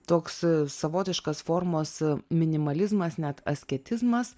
toks savotiškas formos minimalizmas net asketizmas